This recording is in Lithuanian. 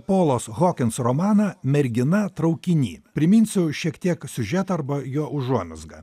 polos hokins romaną mergina traukiny priminsiu šiek tiek siužetą arba jo užuomazgą